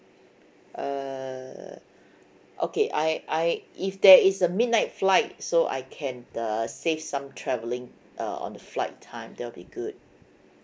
err okay I I if there is a midnight flight so I can uh save some travelling uh on the flight time that'll be good